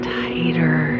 tighter